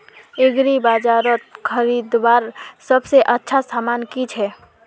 एग्रीबाजारोत खरीदवार सबसे अच्छा सामान की छे?